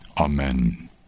amen